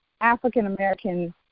African-American